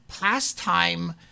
pastime